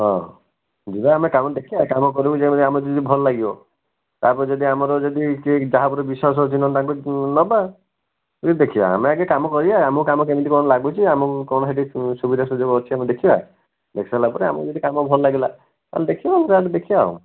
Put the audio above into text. ହଁ ଯିବା ଆମେ କାମ ଦେଖିବା କାମ କରିବୁ ଯେମିତି ଆମେ ଯଦି ଭଲ ଲାଗିବ ତା'ପରେ ଯଦି ଆମର ଯଦି କିଏ ଯାହା ଉପରେ ବିଶ୍ୱାସ ଯଦି ନ ଲାଗିବ ନବା ଇଏ ଦେଖିବା ଆମେ ଆଗେ କାମ କରିବା ଆମକୁ କାମ କେମିତି କ'ଣ ଲାଗୁଛି ଆମକୁ କ'ଣ ସେଇଠି ସୁବିଧା ସୁଯୋଗ ଅଛି ଆମେ ଦେଖିବା ଦେଖି ସାରିଲା ପରେ ଆମକୁ ଯଦି କାମ ଭଲ ଲାଗିଲା ତାହେଲେ ଦେଖିବା ଯାହା ହେଲେ ଦେଖିବା ଆଉ